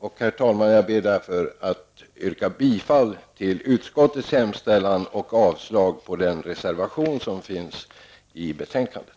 Därför ber jag, herr talman, att få yrka bifall till utskottets hemställan och avslag på den reservation som finns i betänkandet.